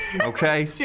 Okay